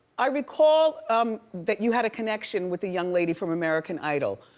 i recall um that you had a connection with a young lady from american idol,